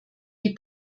die